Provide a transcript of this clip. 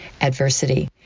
adversity